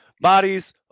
bodies